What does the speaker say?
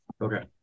Okay